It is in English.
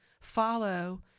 follow